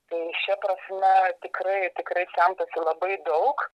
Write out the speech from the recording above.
tai šia prasme tikrai tikrai semtasi labai daug